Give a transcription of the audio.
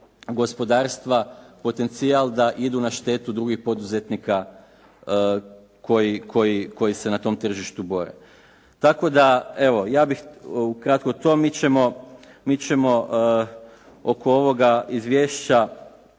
gospodarstva potencijal da idu na štetu drugih poduzetnika koji se na tom tržištu bore. Ja bih evo u kratko to. Mi ćemo oko ovog izvješća